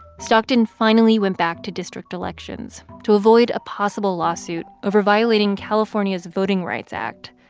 stockton finally went back to district elections to avoid a possible lawsuit over violating california's voting rights act.